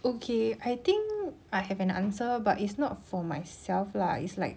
okay I think I have an answer but it's not for myself lah it's like